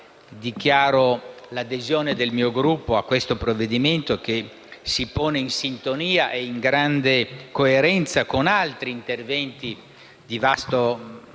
dichiaro l'adesione del mio Gruppo al provvedimento, che si pone in sintonia e in grande coerenza con altri interventi di vasto